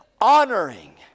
honoring